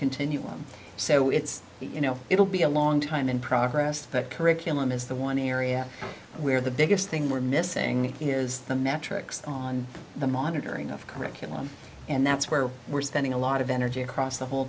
continuum so it's you know it'll be a long time in progress that curriculum is the one area where the biggest thing we're missing here is the metrics on the monitoring of curriculum and that's where we're spending a lot of energy across the whole